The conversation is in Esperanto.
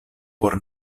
por